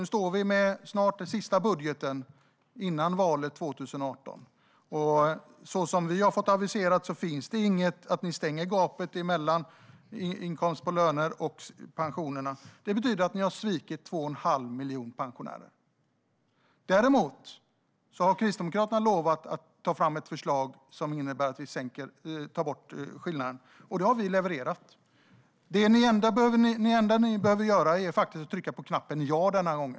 Nu står vi snart med den sista budgeten före valet 2018, och det har inte aviserats att ni ska stänga gapet i fråga om skatter mellan löneinkomster och pensioner. Det betyder att ni har svikit 2 1⁄2 miljoner pensionärer. Däremot har Kristdemokraterna lovat att ta fram ett förslag som innebär att vi tar bort denna skillnad. Det har vi levererat. Det enda som ni behöver göra är faktiskt att trycka på ja-knappen denna gång.